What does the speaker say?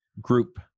group